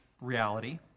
reality